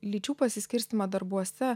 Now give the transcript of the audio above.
lyčių pasiskirstymą darbuose